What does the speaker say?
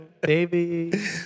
Baby